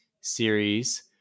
series